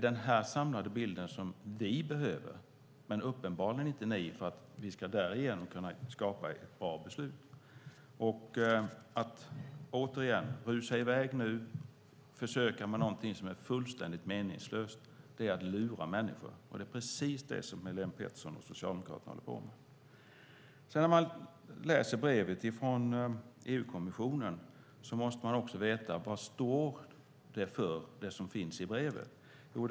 Det är den samlade bilden som vi behöver, men uppenbarligen inte ni, för att vi därigenom ska kunna fatta ett bra beslut. Att återigen rusa i väg och försöka med någonting som är fullständigt meningslöst är att lura människor. Det är precis det som Helén Pettersson och Socialdemokraterna håller på med. När man läser brevet från EU-kommissionen måste man också veta vad det som finns i brevet står för.